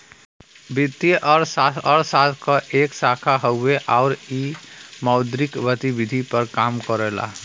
वित्तीय अर्थशास्त्र अर्थशास्त्र क एक शाखा हउवे आउर इ मौद्रिक गतिविधि पर काम करला